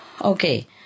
Okay